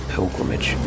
Pilgrimage